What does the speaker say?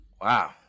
Wow